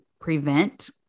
prevent